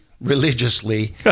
religiously